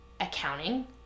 accounting